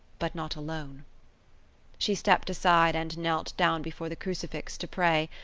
but not alone she stepped aside and knelt down before the crucifix to pray,